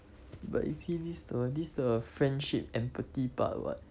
but you see this the this the friendship empathy part [what]